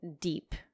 deep